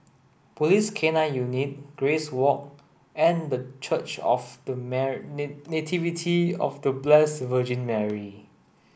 Police K nine Unit Grace Walk and the Church of The Nativity of The Blessed Virgin Mary